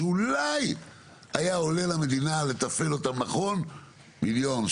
שאולי היה עולה למדינה לתפעל אותם נכון מיליון,